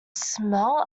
smell